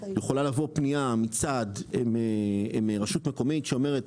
יכולה לבוא פנייה מצד רשות מקומית שאומרת,